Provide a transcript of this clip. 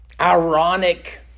ironic